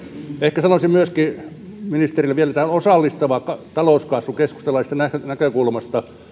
ehkä sanoisin myöskin ministerille vielä tästä osallistavasta talouskasvusta keskustalaisten näkökulmasta